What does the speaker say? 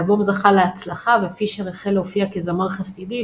האלבום זכה להצלחה ופישר החל להופיע כזמר חסידי,